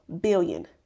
billion